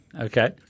Okay